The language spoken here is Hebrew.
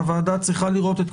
הוועדה צריכה לראות.